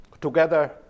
together